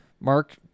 mark